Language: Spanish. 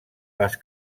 las